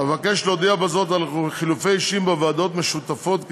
אבקש להודיע בזאת על חילופי אישים בוועדות משותפות,